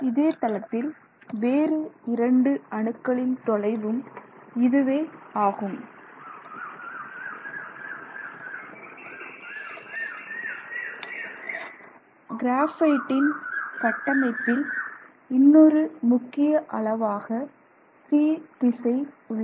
இதே தளத்தில் வேறு இரண்டு அணுக்களின் தொலைவும் இதுவே ஆகும் கிராபைட்டின் கட்டமைப்பில் இன்னொரு முக்கிய அளவாக c திசை உள்ளது